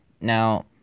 Now